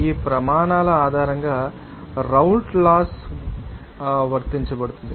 ఈ ప్రమాణాల ఆధారంగా రౌల్ట్ లాస్ వర్తించబడుతుంది